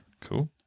Cool